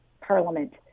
Parliament